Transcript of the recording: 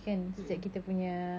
mm mm